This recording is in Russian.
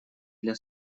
для